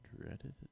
dreaded